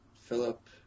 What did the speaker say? Philip